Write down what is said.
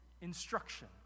instruction